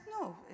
no